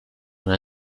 rien